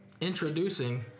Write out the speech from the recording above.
Introducing